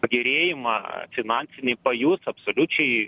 pagerėjimą finansinį pajus absoliučiai